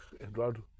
Eduardo